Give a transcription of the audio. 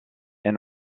est